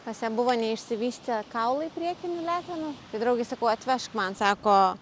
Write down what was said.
pas ją buvo neišsivystę kaulai priekinių letenų tai draugei sakau atvežk man sako